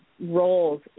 roles